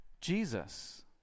Jesus